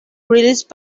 released